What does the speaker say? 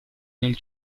nel